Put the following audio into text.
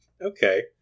Okay